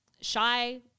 shy